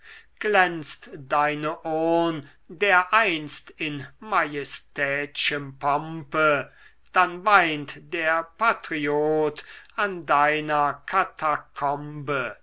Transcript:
glänzt deine urn dereinst in majestät'schem pompe dann weint der patriot an deiner katakombe